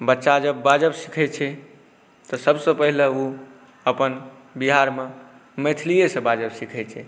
बच्चा जब बाजब सिखै छै तऽ सबसँ पहिले ओ अपन बिहारमे मैथिलिएसँ बाजब सिखै छै